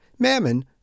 Mammon